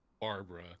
barbara